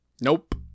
Nope